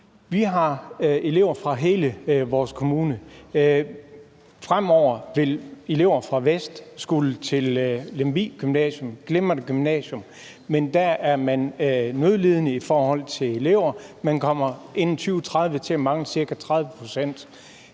Vi har elever fra hele vores kommune. Fremover vil elever fra vest skulle til Lemvig Gymnasium, et glimrende gymnasium, men der er man nødlidende i forhold til elever. Man kommer inden 2030 til at mangle ca. 30 pct.